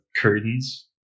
curtains